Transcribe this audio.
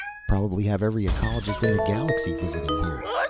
probably have every ecologist in the galaxy visiting here.